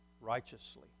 righteously